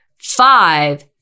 five